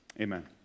Amen